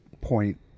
point